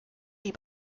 die